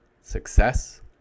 Success